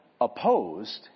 opposed